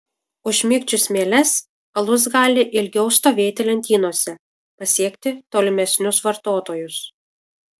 užmigdžius mieles alus gali ilgiau stovėti lentynose pasiekti tolimesnius vartotojus